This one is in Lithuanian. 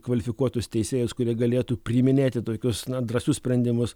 kvalifikuotus teisėjus kurie galėtų priiminėti tokius na drąsius sprendimus